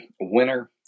winner